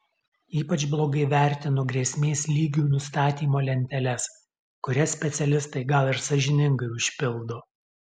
ypač blogai vertinu grėsmės lygių nustatymo lenteles kurias specialistai gal ir sąžiningai užpildo